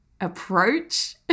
approach